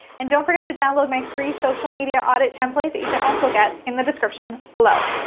and don't forget to download my free social media audit template that you can also get in the description below.